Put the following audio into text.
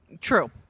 True